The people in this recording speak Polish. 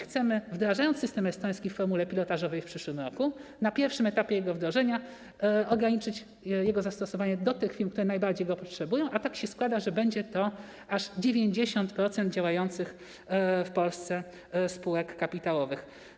Chcemy wdrażając system estoński w formule pilotażowej w przyszłym roku na pierwszym etapie jego wdrożenia, ograniczyć jego zastosowanie do tych firm, które najbardziej go potrzebują, a tak się składa, że będzie to aż 90% działających w Polsce spółek kapitałowych.